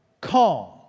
calm